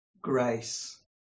grace